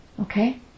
Okay